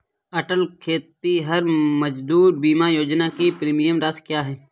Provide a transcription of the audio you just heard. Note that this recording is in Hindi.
अटल खेतिहर मजदूर बीमा योजना की प्रीमियम राशि क्या है?